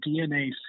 DNA